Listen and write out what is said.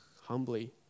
humbly